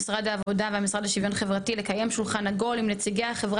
משרד העבודה והמשרד לשוויון חברתי לקיים שולחן עגול עם נציגי החברה